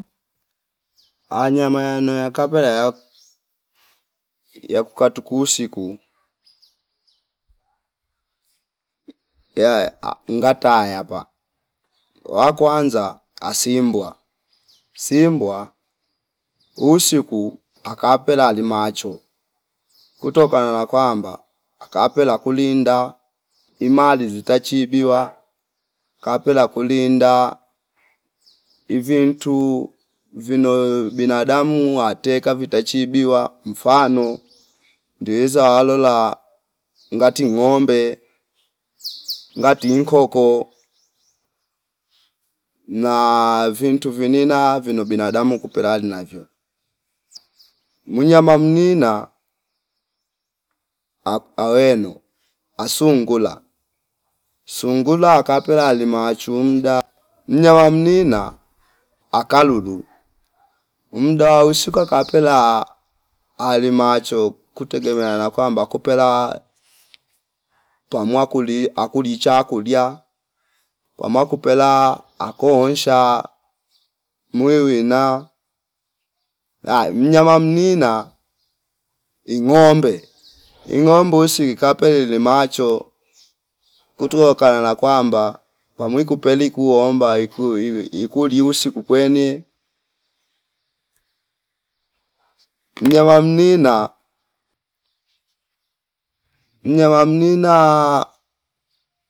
Anyama yanua kava ya yakuka tuku usiku yae aa ngata ayapa wakwanza asimbwa, simbwa usiku akapela ali macho kutokana na kwamba akapela kulinda imali zitachibiwa kapela kulinda ivie ntu vinio binadamu wateka vitachibiwa mfano ndeza walola ngati ngoombe, ngati inkoko na vintu vinina vino binadamu kuperali navyo. Munyama mnina ak aweno asungura sungula akapelali machu mda mnyama mnina akalulu mdaa wa usiku akapela alimacho kutegemea na kwamba kupela pwa makuli akuli cha kulia pwama kupela akoo nsha muweweina h mnyama mnina ingombe, ingombe mbusi kapeleli macho kutuokana na kwamba pamwi kupeli kuomba ikuwiwi ikuo liusi kukwene mnyama mnina, mnyama mnina